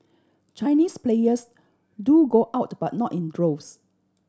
Chinese players do go out but not in droves